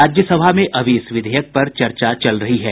राज्यसभा में अभी इस विधेयक पर चर्चा चल रही है